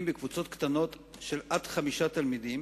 בקבוצות קטנות של עד חמישה תלמידים,